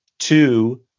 Two